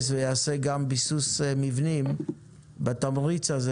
ויעשה גם ביסוס מבנים בתמריץ הזה,